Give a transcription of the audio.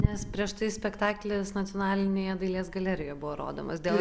nes prieš tai spektaklis nacionalinėje dailės galerijoje buvo rodomas dėl